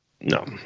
No